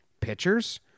pitchers